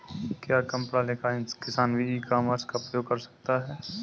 क्या कम पढ़ा लिखा किसान भी ई कॉमर्स का उपयोग कर सकता है?